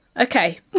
okay